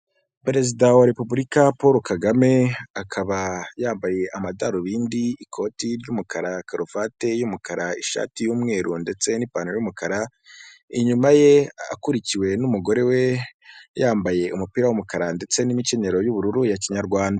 Perezida wa Repubulika Paul Kagame, akaba yambaye amadarubindi, ikoti ry'umukara, karuvati y'umukara, ishati y'umweru ndetse n'ipantaro y'umukara, inyuma ye akurikiwe n'umugore we yambaye umupira w'umukara ndetse n'imikenyero y'ubururu ya Kinyarwanda.